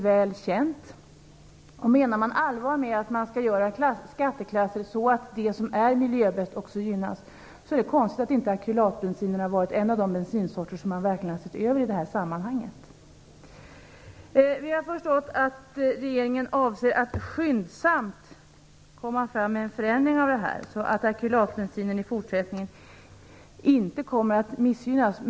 Om man menar allvar med att indela i skatteklasser så att det som är miljöbäst också gynnas är det konstigt att inte akrylatbensinen har varit en av de bensinsorter som man verkligen har sett över i sammanhanget. Vi har förstått att regeringen avser att skyndsamt lägga fram förslag om en förändring så att akrylatbensinen i fortsättningen inte kommer att missgynnas.